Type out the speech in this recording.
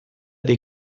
dei